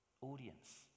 audience